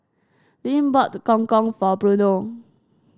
Lynn bought Gong Gong for Bruno